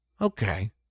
Okay